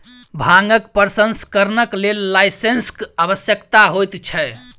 भांगक प्रसंस्करणक लेल लाइसेंसक आवश्यकता होइत छै